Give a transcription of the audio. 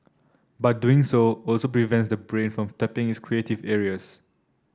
but doing so also prevents the brain from tapping its creative areas